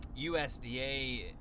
USDA